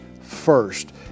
first